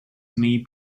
may